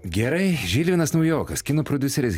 gerai žilvinas naujokas kino prodiuseris